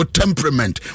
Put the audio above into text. temperament